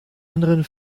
anderen